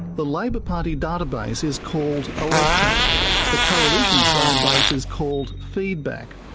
the labor party database is called electrac the coalition's database is called feedback.